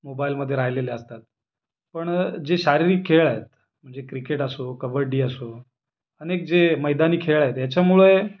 मोबाइलमध्ये राहिलेले असतात पण जे शारीरिक खेळ आहेत म्हणजे क्रिकेट असो कबड्डी असो अनेक जे मैदानी खेळ आहेत याच्यामुळे